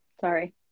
Sorry